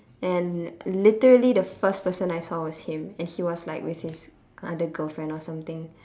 and literally the first person I saw was him and he was like with his other girlfriend or something